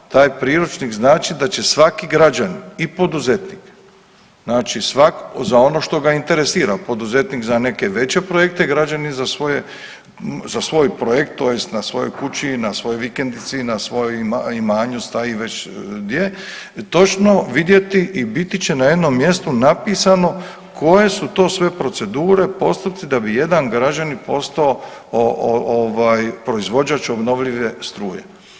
Taj priručnik znači da će svaki građanin i poduzetnik znači za ono što ga interesira poduzetnik za neke veće projekte, građani za svoj projekt tj. na svojoj kući i na svojoj vikendici, na svojem imanju stavi već gdje točno vidjeti i biti će na jednom mjestu napisano koje su to sve procedure, postupci da bi jedan građanin postao proizvođač obnovljive struje.